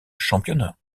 championnat